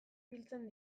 biltzen